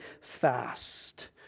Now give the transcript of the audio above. fast